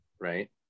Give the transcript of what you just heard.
right